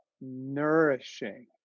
nourishing